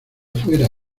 fuera